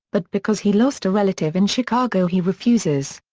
but because he lost a relative in chicago he refuses.